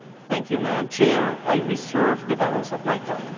thank you, matam chair. i reserve the balance of my time.